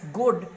good